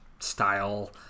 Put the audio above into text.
style